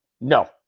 No